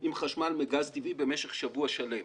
עם חשמל מגז טבעי במשך שבוע שלם.